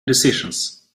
decisions